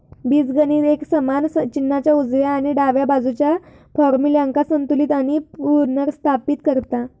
बीजगणित एक समान चिन्हाच्या उजव्या आणि डाव्या बाजुच्या फार्म्युल्यांका संतुलित आणि पुनर्स्थापित करता